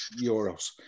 euros